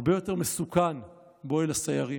הרבה יותר מסוכן באוהל הסיירים,